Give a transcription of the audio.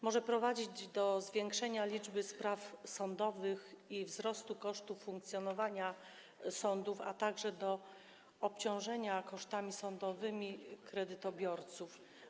Może prowadzić do zwiększenia liczby spraw sądowych i wzrostu kosztów funkcjonowania sądów, a także do obciążenia kosztami sądowymi kredytobiorców.